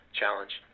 challenge